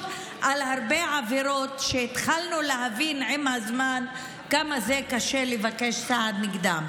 על הרבה עבירות שהתחלנו להבין עם הזמן כמה קשה לבקש סעד נגדן.